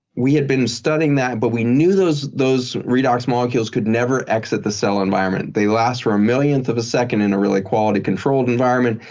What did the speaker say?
we had been studying that but we knew those those redox molecules could never exit the cell environment. they last for a millionth of a second in a really quality-controlled environment.